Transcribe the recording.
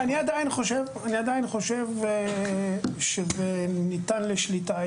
אני עדיין חושב שזה ניתן לשליטה.